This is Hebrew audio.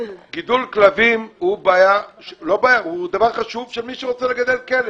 גידול כלבים הוא דבר חשוב של מי שרוצה לגדל כלב.